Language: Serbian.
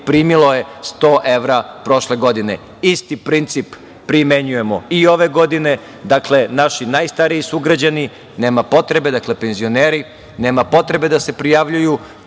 primilo je 100 evra prošle godine. Isti princip primenjujemo i ove godine. Dakle, naši najstariji sugrađani, penzioneri, nema potrebe da se prijavljuju.